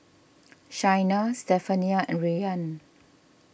Shayna Stephania and Rian